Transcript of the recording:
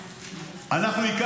כל מילה מיותרת.